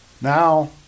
Now